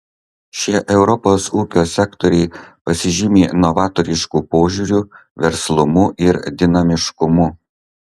šie europos ūkio sektoriai pasižymi novatorišku požiūriu verslumu ir dinamiškumu